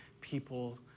people